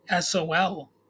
SOL